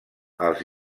els